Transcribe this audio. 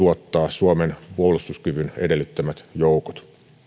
suomen puolustuskyvyn edellyttämät joukot